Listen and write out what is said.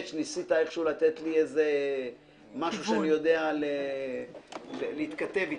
שניסית איכשהו לתת לי משהו שאני יודע להתכתב איתו.